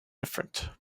different